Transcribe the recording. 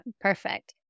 perfect